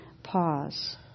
Pause